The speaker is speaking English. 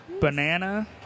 Banana